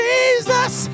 Jesus